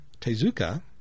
Tezuka